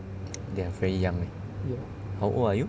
they are very young leh how old are you